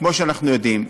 כמו שאנחנו יודעים,